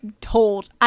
told